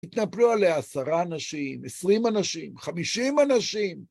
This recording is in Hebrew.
התנפלו עליה עשרה אנשים, עשרים אנשים, חמישים אנשים.